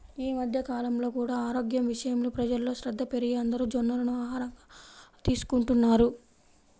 ఈ మధ్య కాలంలో కూడా ఆరోగ్యం విషయంలో ప్రజల్లో శ్రద్ధ పెరిగి అందరూ జొన్నలను ఆహారంగా తీసుకుంటున్నారు